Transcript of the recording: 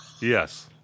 Yes